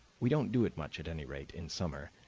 we don't do it much, at any rate, in summer.